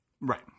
Right